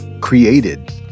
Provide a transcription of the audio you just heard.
created